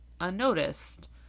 unnoticed